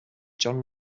john